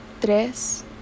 tres